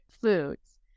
foods